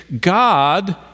God